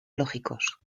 lógicos